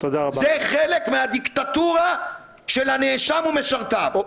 זה חלק מהדיקטטורה של הנאשם ומשרתיו.